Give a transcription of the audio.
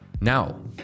Now